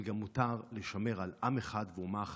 אבל גם מותר לשמר עם אחד ואומה אחת.